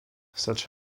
such